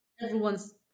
everyone's